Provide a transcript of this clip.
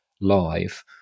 live